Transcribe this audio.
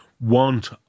want